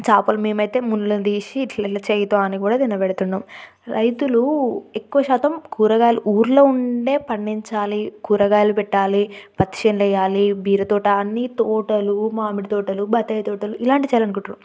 చేపలు మేమైతే ముళ్ళను తీసి ఇట్ల ఇట్ల చెయ్యితో అని కూడా తినబెడుతున్నాం రైతులూ ఎక్కువ శాతం కూరగాయలు ఊర్లో ఉండే పండించాలి కూరగాయలు పెట్టాలి పత్తి చేన్లు వెయ్యాలి బీర తోట అన్నీ తోటలు మామిడి తోటలు బత్తాయి తోటలు ఇలాంటివి చాలు అనుకుంటారు